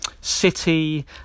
city